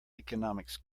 economics